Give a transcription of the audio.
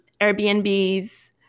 Airbnbs